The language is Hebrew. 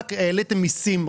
רב העליתם מסים,